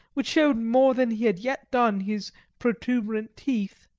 which showed more than he had yet done his protuberant teeth,